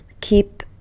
keep